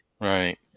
right